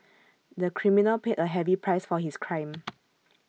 the criminal paid A heavy price for his crime